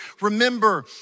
Remember